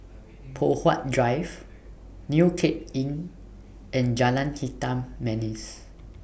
Poh Huat Drive New Cape Inn and Jalan Hitam Manis